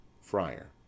Friar